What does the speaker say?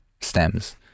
stems